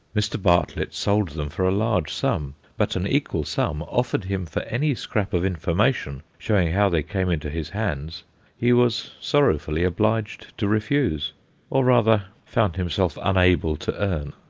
mr. bartlett sold them for a large sum but an equal sum offered him for any scrap of information showing how they came into his hands he was sorrowfully obliged to refuse or, rather, found himself unable to earn.